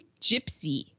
Gypsy